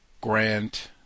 Grant